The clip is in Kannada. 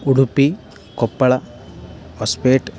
ಉಡುಪಿ ಕೊಪ್ಪಳ ಹೊಸ್ಪೇಟೆ